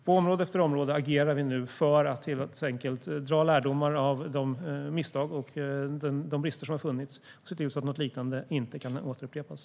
På område efter område agerar vi nu för att dra lärdomar av de misstag och de brister som har funnits och se till att något liknande inte kan upprepas.